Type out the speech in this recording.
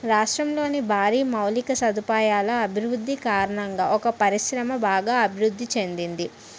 రాష్ట్రంలోని భారీ మౌలిక సదుపాయాల అభివృద్ధి కారణంగా ఒక పరిశ్రమ బాగా అభివృద్ధి చెందింది